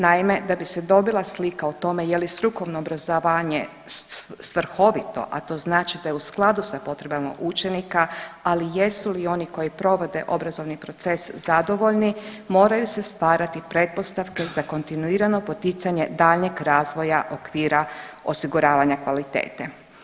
Naime, da bi se dobila slika o tome je li strukovno obrazovanje svrhovito, a to znači da je u skladu sa potrebama učenika, ali jesu li oni koji provode obrazovni proces zadovoljni, moraju se stvarati pretpostavke za kontinuirano poticanje daljnjeg razvoja okvira osiguravanja kvalitete.